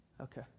Okay